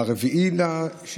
ב-4 ביוני,